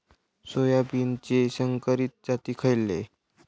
सोयाबीनचे संकरित जाती खयले?